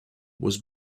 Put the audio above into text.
was